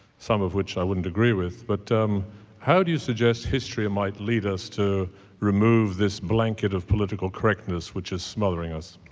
some of which i wouldn't agree with, but how do you suggest history and might lead us to remove this blanket of political correctness, which is smothering us?